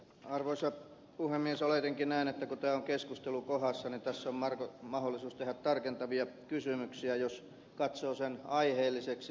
oletinkin näin kun tämä on keskustelukohdassa että tässä on mahdollisuus tehdä tarkentavia kysymyksiä jos katsoo sen aiheelliseksi